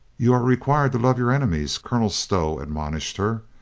you are required to love your enemies, colonel stow admonished her,